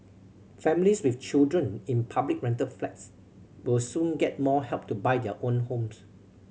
families with children in public rental flats will soon get more help to buy their own homes